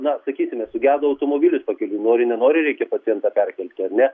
na sakysime sugedo automobilis pakeliui nori nenori reikia pacientą perkelti ar ne